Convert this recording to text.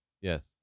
Yes